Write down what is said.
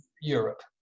Europe